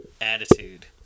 Attitude